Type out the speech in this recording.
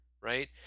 right